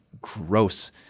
gross